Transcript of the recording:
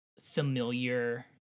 familiar